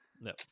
No